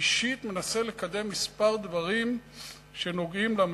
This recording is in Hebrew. אישית מנסה לקדם כמה דברים שנוגעים למפונים,